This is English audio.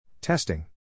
Testing